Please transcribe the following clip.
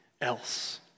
else